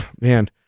man